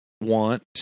want